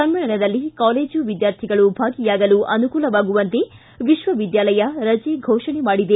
ಸಮ್ಮೇಳನದಲ್ಲಿ ಕಾಲೇಜು ವಿದ್ಯಾರ್ಥಿಗಳು ಭಾಗಿಯಾಗಲು ಅನುಕೂಲವಾಗುವಂತೆ ವಿಶ್ವವಿದ್ಯಾಲಯ ರಜೆ ಘೋಷಣೆ ಮಾಡಿದೆ